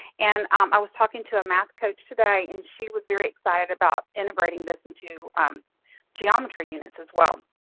and um i was talking to a math coach today and she was very excited about integrating this into geometry units as well.